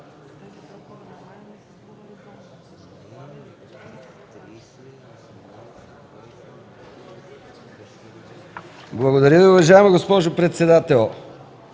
Благодаря Ви, уважаема госпожо председател.